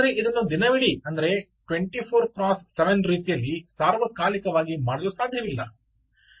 ಆದರೆ ಇದನ್ನು ದಿನವಿಡಿ ಅಂದರೆ 24 ಬಾರ್ 7 ರೀತಿಯಲ್ಲಿ ಸಾರ್ವಕಾಲಿಕವಾಗಿ ಮಾಡಲು ಸಾಧ್ಯವಿಲ್ಲ